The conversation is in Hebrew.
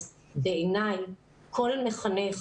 אז בעיני כל מחנך,